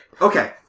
Okay